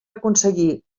aconseguir